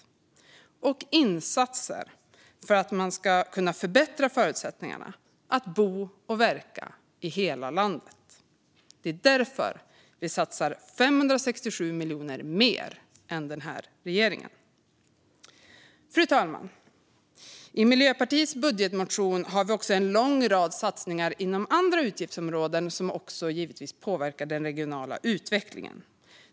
Det behövs insatser för att förbättra förutsättningarna för att bo och verka i hela landet. Det är därför Miljöpartiet satsar 567 miljoner mer än regeringen. Fru talman! I Miljöpartiets budgetmotion finns en lång rad satsningar inom andra utgiftsområden som givetvis också påverkar den regionala utvecklingen.